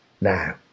now